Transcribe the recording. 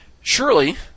surely